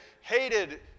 hated